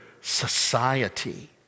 society